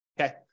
okay